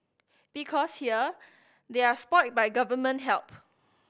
because here they are spoilt by government help